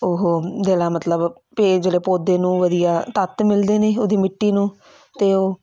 ਉਹ ਜਿਹੜਾ ਮਤਲਬ ਜਿਹੜਾ ਪੌਦੇ ਨੂੰ ਵਧੀਆ ਤੱਤ ਮਿਲਦੇ ਨੇ ਉਹਦੀ ਮਿੱਟੀ ਨੂੰ ਅਤੇ ਉਹ